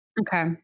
Okay